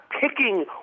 picking